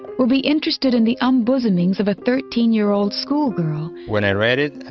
would be interested in the unbosoming of a thirteen-year-old schoolgirl when i read it, ah